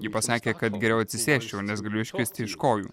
ji pasakė kad geriau atsisėsčiau nes galiu iškristi iš kojų